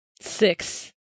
Six